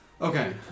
Okay